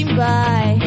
Bye